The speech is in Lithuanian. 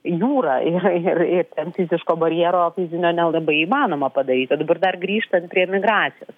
jūra ir ir ir ten fiziško barjero fizinio nelabai įmanoma padaryti dabar dar grįžtant prie migracijos